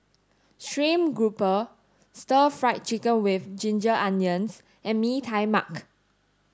stream grouper stir fried chicken with ginger onions and Mee Tai Mak